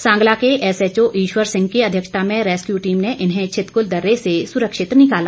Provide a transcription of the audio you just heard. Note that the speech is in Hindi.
सांगला के एसएचओ ईश्वर सिंह की अध्यक्षता में रैस्कयू टीम ने इन्हें छितकुल दर्रे से सुरक्षित निकाला